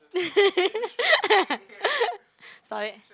stop it